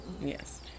Yes